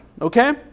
Okay